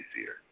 easier